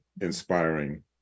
inspiring